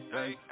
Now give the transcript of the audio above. Hey